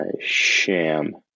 Sham